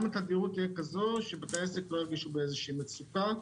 גם התדירות תהיה כזאת שבתי העסק לא ירגישו איזושהי מצוקה.